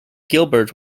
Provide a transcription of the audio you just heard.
gilbert